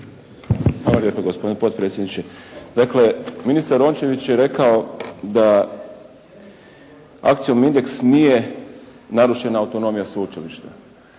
Hvala lijepa gospodine potpredsjedniče. Dakle, ministar Rončević je rekao da akcijom “Indeks“ nije narušena autonomija sveučilišta.